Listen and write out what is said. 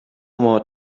more